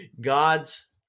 god's